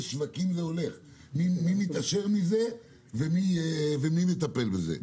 שווקים זה הולך מי מתעשר מזה ומי מטפל בזה.